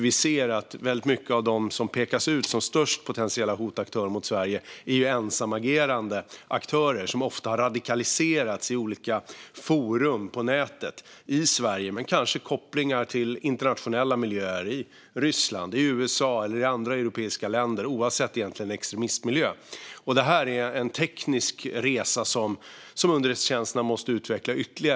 Vi ser att väldigt många av de aktörer som pekas ut som de största potentiella hoten mot Sverige är ensamagerande aktörer som ofta har radikaliserats i olika forum på nätet, i Sverige men kanske med kopplingar till internationella miljöer i Ryssland, i andra europeiska länder eller i USA, egentligen oavsett extremistmiljö. Detta är en teknisk resa som underrättelsetjänsterna måste utveckla ytterligare.